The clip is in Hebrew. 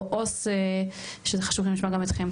או עו"ס שזה חשוב לי לשמוע גם אתכם,